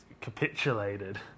capitulated